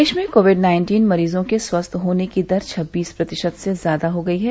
देश में Covid nineteen मरीजों के स्वस्थ होने की दर छब्बीस प्रतिशत से ज्यादा हो गई है